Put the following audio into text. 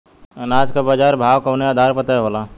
अनाज क बाजार भाव कवने आधार पर तय होला?